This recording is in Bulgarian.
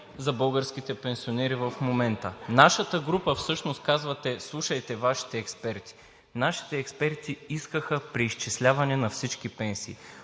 за българските пенсионери в момента. Казвате: „Слушайте Вашите експерти.“ Нашите експерти искаха преизчисляване на всички пенсии.